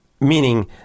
meaning